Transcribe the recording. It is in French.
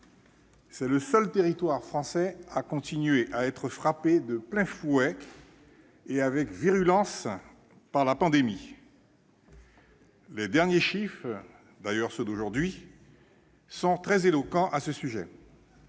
C'est le seul territoire français à continuer à être frappé de plein fouet et avec virulence par la pandémie. Les derniers chiffres, qui sont tombés aujourd'hui, sont très éloquents. Pour une